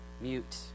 mute